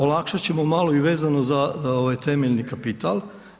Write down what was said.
Olakšat ćemo malo i vezano za temeljni kapital.